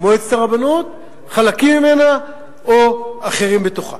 מועצת הרבנות, חלקים ממנה או אחרים, בתוכה.